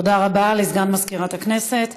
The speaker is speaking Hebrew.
תודה רבה לסגן מזכירת הכנסת.